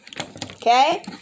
okay